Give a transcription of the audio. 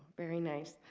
very nice.